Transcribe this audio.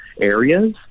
areas